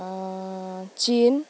chin